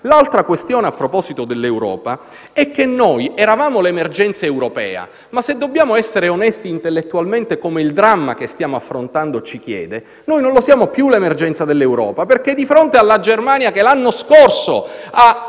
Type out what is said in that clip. L'altra questione, a proposito dell'Europa, è che noi eravamo l'emergenza europea. Se però dobbiamo essere onesti intellettualmente, come il dramma che stiamo affrontando ci chiede, non siamo più l'emergenza dell'Europa. Di fronte alla Germania, che l'anno scorso ha accolto